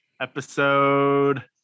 Episode